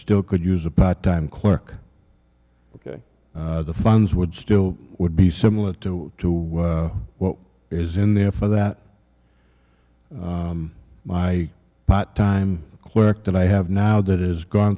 still could use a part time clerk ok the funds would still would be similar to what is in there for that my part time work that i have now that is gone